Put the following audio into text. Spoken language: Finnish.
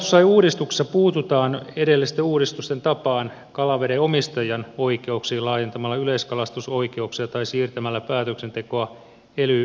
kalastuslain uudistuksessa puututaan edellisten uudistusten tapaan kalaveden omistajan oikeuksiin laajentamalla yleiskalastusoikeuksia tai siirtämällä päätöksentekoa ely keskuksille